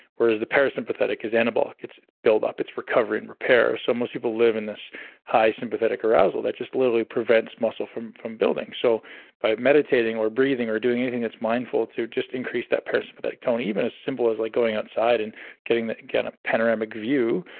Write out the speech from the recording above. whereas the parasympathetic is anabolic. it's build up. it's recovery and repair, so most people live in this high sympathetic arousal that just literally prevents muscle from from building. so by meditating or breathing, or doing anything that's mindful to just increase that parasympathetic tone, even as simple as like going outside and getting a ah panoramic view,